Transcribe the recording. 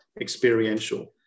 experiential